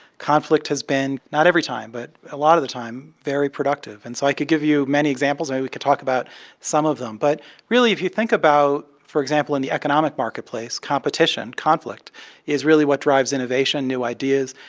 conflict has been not every time, but a lot of the time very productive. and so i could give you many examples, and maybe we could talk about some of them. but really, if you think about, for example, in the economic marketplace, competition, conflict is really what drives innovation, new ideas.